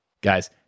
Guys